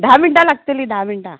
धा मिनटां लागतलीं धा मिनटां